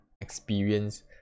experience